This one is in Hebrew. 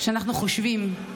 שאנחנו חושבים,